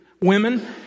Women